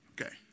Okay